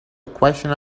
equation